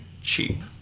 cheap